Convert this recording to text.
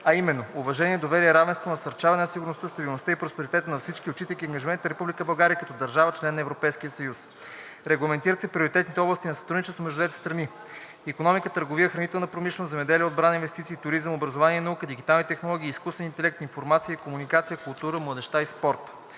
а именно: уважение, доверие, равенство, насърчаване на сигурността, стабилността и просперитета за всички, отчитайки ангажиментите на Република България като държава – член на Европейския съюз. Регламентират се приоритетните области на сътрудничество между двете страни – икономика, търговия, хранителната промишленост, земеделие, отбрана, инвестиции, туризъм, образование и наука, дигитални технологии и изкуствен интелект, информация и комуникации, културата, младежта и спорта.